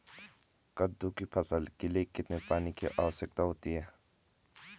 कद्दू की फसल के लिए कितने पानी की आवश्यकता होती है?